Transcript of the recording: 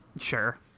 Sure